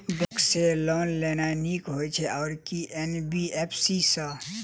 Bank सँ loan लेनाय नीक होइ छै आ की एन.बी.एफ.सी सँ?